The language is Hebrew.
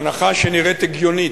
ההנחה שנראית הגיונית: